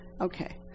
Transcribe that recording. Okay